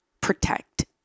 protect